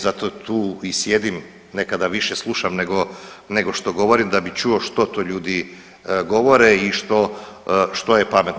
Zato tu i sjedim nekada više slušam nego što govorim da bih čuo što to ljudi govore i što je pametno.